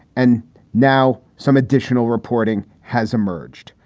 and now some additional reporting has emerged.